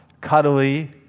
cuddly